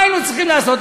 מה היינו צריכים לעשות?